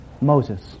Moses